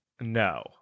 no